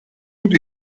studi